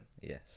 yes